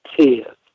tears